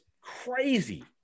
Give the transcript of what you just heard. crazy